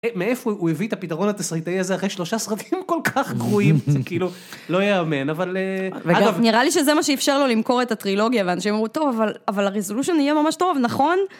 מאיפה הוא הביא את הפתרון התסריטאי הזה אחרי שלושה סרטים כל כך גרועים? זה כאילו לא יאמן, אבל אגב... נראה לי שזה מה שאפשר לו למכור את הטרילוגיה, ואנשים אמרו, טוב, אבל ה-resolution יהיה ממש טוב, נכון?